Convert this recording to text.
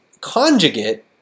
conjugate